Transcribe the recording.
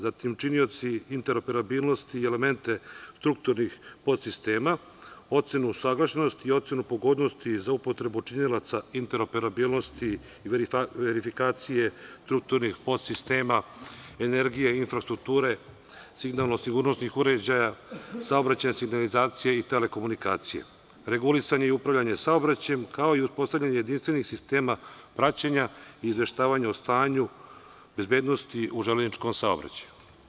Zatim činioci interoperabilnosti i elementi strukturnih podsistema, ocenu usaglašenosti i ocenu pogodnosti za upotrebu činilaca interoperabilnosti i verifikacije strukturnih podsistema, energije, infrastrukture, signalno sigurnosnih uređaja, saobraćajna signalizacija i telekomunikacija, regulisanje i upravljanje saobraćajem, kao i uspostavljanje jedinstvenih sistema praćenja i izveštavanja o stanju bezbednosti u železničkom saobraćaju.